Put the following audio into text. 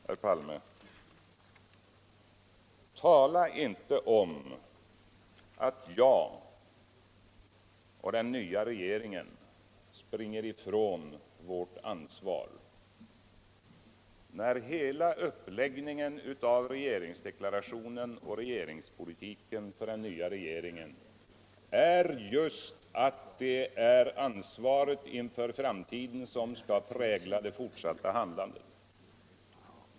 Herr Palme, vala inte om att jag och den nya regeringen springer ifrån vårt ansvar, när hela uppläggningen av regeringsdeklarationen och politiken för den nya regeringen just är att det är ansvaret inför framtiden som skull prägla det förtsatta handlandet.